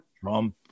Trump